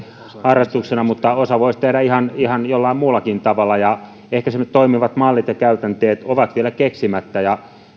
harrastuksena mutta osa voisi tehdä ihan ihan jollain muullakin tavalla ja ehkä semmoiset toimivat mallit ja käytänteet ovat vielä keksimättä